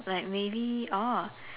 like maybe